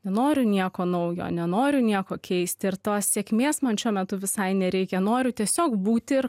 nenoriu nieko naujo nenoriu nieko keisti ir tos sėkmės man šiuo metu visai nereikia noriu tiesiog būti ir